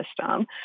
system